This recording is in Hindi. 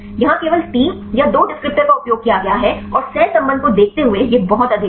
यहां केवल 3 या 2 डिस्क्रिप्टर का उपयोग किया गया है और सहसंबंध को देखते हुए यह बहुत अधिक है